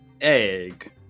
egg